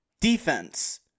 defense